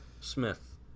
Smith